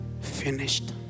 finished